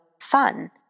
fun